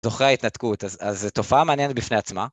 זוכרי ההתנתקות, אז תופעה מעניינת בפני עצמה.